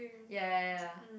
ya